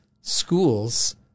schools